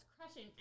crushing